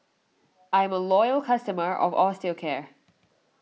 I'm a loyal customer of Osteocare